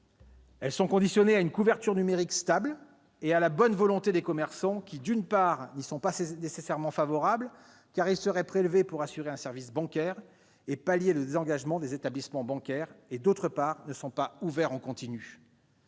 est subordonnée à une couverture numérique stable et à la bonne volonté des commerçants. Or, d'une part, ces derniers n'y sont pas nécessairement favorables, car ils seraient prélevés pour assurer un service bancaire et pallier le désengagement des établissements bancaires, et, d'autre part, ils ne sont pas ouverts en continu.